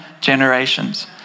generations